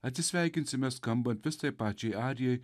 atsisveikinsime skambant vis tai pačiai arijai